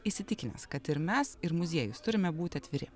įsitikinęs kad ir mes ir muziejus turime būti atviri